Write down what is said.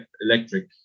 electric